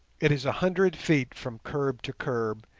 it is a hundred feet from curb to curb,